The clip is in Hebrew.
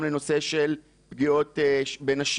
אותו דבר יהיה גם לנושא של פגיעות בנשים,